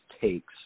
takes